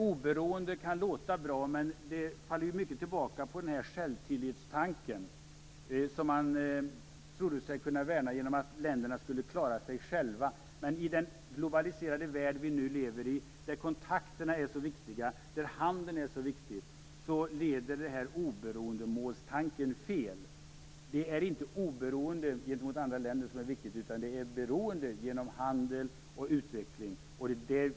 Oberoende kan låta bra, men det faller i stor utsträckning tillbaka på självtillitstanken, som man trodde sig kunna värna genom att länderna skulle klara sig själva. Men i den globaliserade värld vi nu lever i, där kontakter och handel är så viktigt, leder oberoendemålstanken fel. Det är inte oberoende gentemot andra länder som är viktigt, utan det är beroende genom handel och utveckling.